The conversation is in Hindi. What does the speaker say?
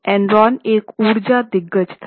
एनरॉन एक ऊर्जा दिग्गज था